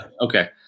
Okay